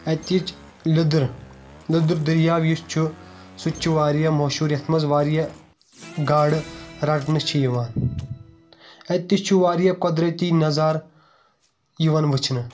اَتِچ لیٚدٕر لیٚدُر دریاب یُس چھُ سُہ تہِ چھُ واریاہ مشہوٗر یتھ منٛز واریاہ گاڈٕ رَٹنہٕ چھِ یِوان اَتہِ تہِ چھُ واریاہ قۄدرٔتی نظارٕ یِوان وُچھنہٕ